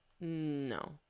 No